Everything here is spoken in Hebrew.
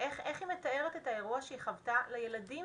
היא מתארת את האירוע שהיא חוותה לילדים